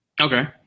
okay